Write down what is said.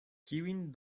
kiujn